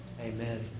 Amen